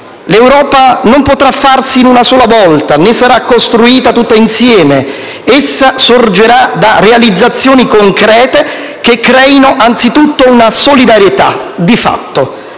«L'Europa non potrà farsi in una sola volta, né sarà costruita tutta insieme; essa sorgerà da realizzazioni concrete che creino anzitutto una solidarietà di fatto»: